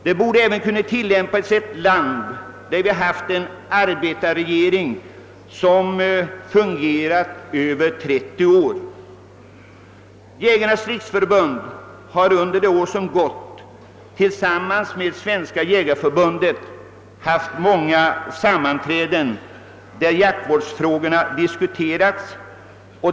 Samma system borde kunna tillämpas i ett land som Sverige, där en arbetarregering fungerat i över 30 år. Jägarnas riksförbund har under det år som gått tillsammans med Svenska jägareförbundet haft många sammanträden där jaktvårdsfrågorna diskuterats.